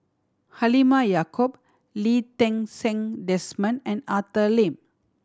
Halimah Yacob Lee Ti Seng Desmond and Arthur Lim